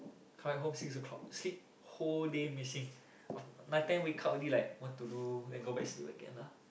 come back home six O-clock sleep whole day missing night time wake up already like what to do then go back sleep again ah